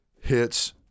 hits